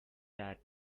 that